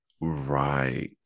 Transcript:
Right